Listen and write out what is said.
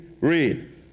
read